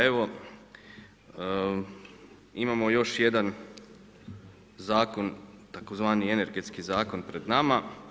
Evo, imamo još jedan zakon, tzv. energetski zakon pred nama.